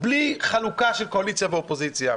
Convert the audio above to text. בלי חלוקה של קואליציה ואופוזיציה.